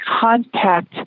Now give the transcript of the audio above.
contact